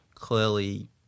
Clearly